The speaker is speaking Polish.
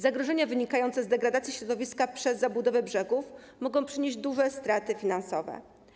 Zagrożenia wynikające z degradacji środowiska przez zabudowę brzegów mogą przynieść duże straty finansowe.